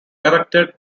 erected